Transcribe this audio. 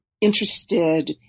interested